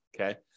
Okay